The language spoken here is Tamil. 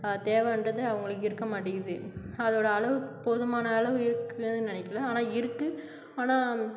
தேவைன்றது அவங்களுக்கு இருக்க மாட்டேங்குது அதோட அளவு போதுமான அளவு இருக்குன்னு நினைக்கல ஆனால் இருக்கு ஆனால்